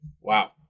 wow